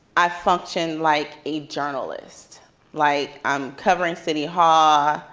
i functioned like a journalist like i'm covering city hall,